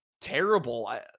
terrible